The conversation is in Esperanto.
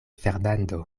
fernando